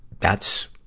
that's,